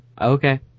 Okay